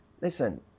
listen